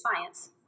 science